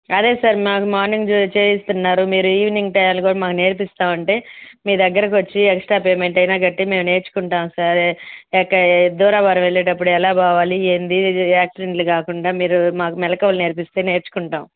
అదే సార్ నాకు మార్నింగు చేయిస్తున్నారు మీరు ఈవెనింగ్ టైంలు కూడా మాకు నేర్పిస్తామంటే మీ దగ్గరకు వచ్చి ఎక్స్ట్రా పేమెంట్ అయిన కట్టి మేము నేర్చుకుంటాం సార్ ఎక్క ఏ దూరాభారం వెళ్ళేటప్పుడు ఎలా పోవాలి ఏంది ఇది యాక్సిడెంట్లు కాకుండా మీరు మాకు మెళకువలు నేర్పిస్తే నేర్చుకుంటాం